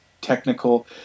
technical